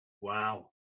Wow